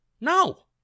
No